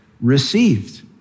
received